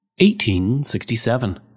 1867